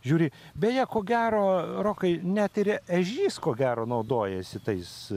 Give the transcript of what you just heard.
žiūri beje ko gero rokai net ir ežys ko gero naudojasi tais